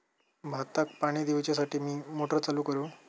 भाताक पाणी दिवच्यासाठी मी मोटर चालू करू?